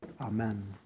Amen